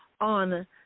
on